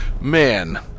man